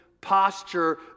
posture